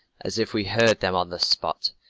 as if we heard them on the spot.